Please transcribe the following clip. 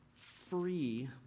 free